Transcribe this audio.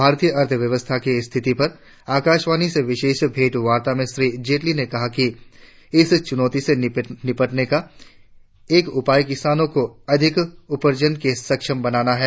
भारतीय अर्थव्यवस्था की स्थिति पर आकाशवाणी से विशेष भेंटवार्ता में श्री जेटली ने कहा कि इस चुनौती से निपटने का एक उपाय किसानों को अधिक उपार्जन में सक्षम बनाना है